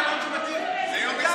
(קוראת בשמות חברי הכנסת) מיקי לוי,